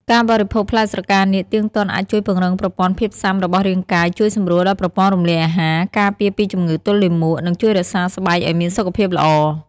ការបរិភោគផ្លែស្រកានាគទៀងទាត់អាចជួយពង្រឹងប្រព័ន្ធភាពស៊ាំរបស់រាងកាយ ជួយសម្រួលដល់ប្រព័ន្ធរំលាយអាហារ ការពារពីជំងឺទល់លាមក និងជួយរក្សាស្បែកឱ្យមានសុខភាពល្អ។